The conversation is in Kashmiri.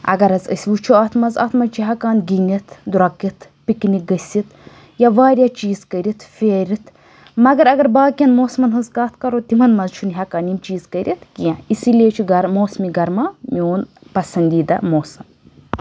اگر حظ أسۍ وٕچھو اَتھ منٛز اَتھ منٛز چھِ ہیٚکان گِنٛدِتھ درٛۄکِتھ پِکنِک گٔژھِتھ یا واریاہ چیٖز کٔرِتھ پھیرِتھ مگر اگر باقٕیَن موسمَن ہٕنٛز کَتھ کَرو تِمَن منٛز چھُ نہٕ ہیٚکان یِم چیٖز کٔرِتھ کینٛہہ اِسی لیے چھُ گَر موسمہِ گَرما میون پَسنٛدیٖدہ موسَم